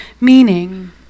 meaning